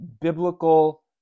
biblical